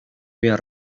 bien